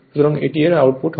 সুতরাং এটি এর আউটপুট হবে